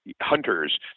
hunters